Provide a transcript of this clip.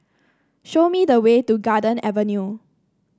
show me the way to Garden Avenue